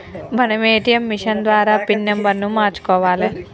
మనం ATM machine ద్వారా pin నెంబర్ను మార్చుకోవాలే